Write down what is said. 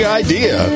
idea